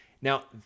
Now